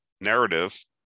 narrative